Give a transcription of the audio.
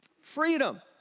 Freedom